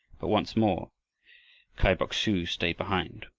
but once more kai bok-su stayed behind.